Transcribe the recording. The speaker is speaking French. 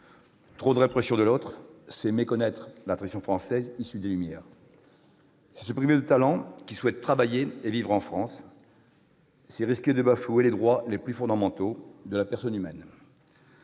Trop de répression, d'autre part, c'est méconnaître la tradition française issue des Lumières. C'est se priver de talents qui souhaitent travailler et vivre en France, et c'est risquer de bafouer les droits les plus fondamentaux de la personne humaine.